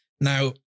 Now